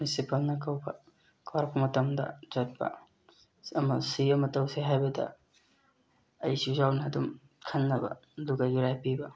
ꯄ꯭ꯔꯤꯟꯁꯤꯄꯥꯜꯅ ꯀꯧꯕ ꯀꯧꯔꯛꯄ ꯃꯇꯝꯗ ꯆꯠꯄ ꯑꯃ ꯁꯤ ꯑꯃ ꯇꯧꯁꯦ ꯍꯥꯏꯕꯗ ꯑꯩꯁꯨ ꯌꯥꯎꯅ ꯑꯗꯨꯝ ꯈꯟꯅꯕ ꯑꯗꯨꯒ ꯌꯨꯔꯥꯏꯠ ꯄꯤꯕ